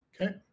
Okay